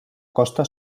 costa